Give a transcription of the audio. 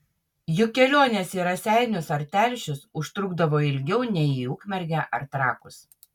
juk kelionės į raseinius ar telšius užtrukdavo ilgiau nei į ukmergę ar trakus